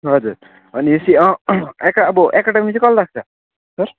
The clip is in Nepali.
हजुर भनेपछि एका अब एकाडमी चाहिँ कहिले लाग्छ सर